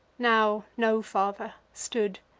now no father, stood,